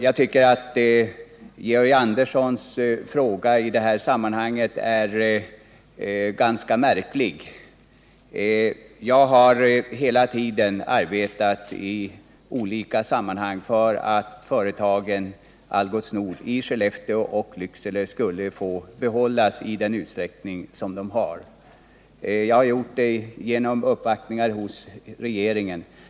Jag tycker att Georg Anderssons fråga är ganska märklig. Jag har hela tiden arbetat i olika sammanhang för att Algots Nords företag i Skellefteå och Lycksele skulle få bibehållas i den omfattning de har. Jag har gjort det genom uppvaktningar hos regeringen.